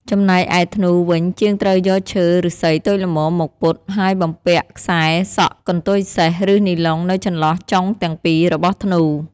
ចំណែកឯ ធ្នូ វិញ ជាងត្រូវយកឈើឫស្សីតូចល្មមមកពត់ ហើយបំពាក់ខ្សែសក់កន្ទុយសេះ ឬនីឡុងនៅចន្លោះចុងទាំងពីររបស់ធ្នូ។